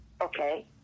okay